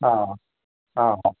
ହଁ ହଁ ହଁ